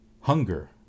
Hunger